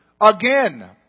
Again